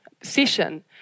session